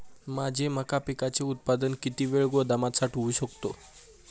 माझे मका पिकाचे उत्पादन किती वेळ गोदामात साठवू शकतो?